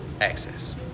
access